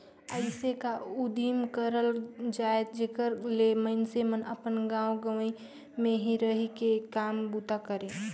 अइसे का उदिम करल जाए जेकर ले मइनसे मन अपन गाँव गंवई में ही रहि के काम बूता करें